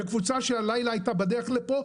וקבוצה שהלילה הייתה בדרך לפה,